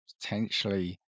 potentially